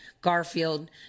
Garfield